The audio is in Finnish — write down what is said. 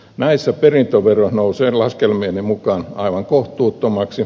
näissä perintövero nousee laskelmieni mukaan aivan kohtuuttomaksi